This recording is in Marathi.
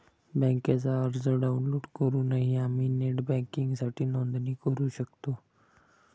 बँकेचा अर्ज डाउनलोड करूनही आम्ही नेट बँकिंगसाठी नोंदणी करू शकतो